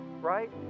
right